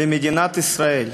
למדינת ישראל.